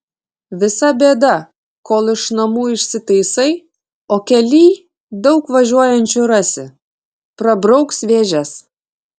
visa bėda kol iš namų išsitaisai o kelyj daug važiuojančių rasi prabrauks vėžes